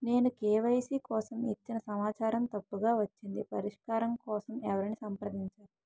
నేను కే.వై.సీ కోసం ఇచ్చిన సమాచారం తప్పుగా వచ్చింది పరిష్కారం కోసం ఎవరిని సంప్రదించాలి?